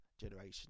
generation